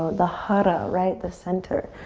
the huddah, right? the center.